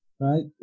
right